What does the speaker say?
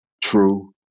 true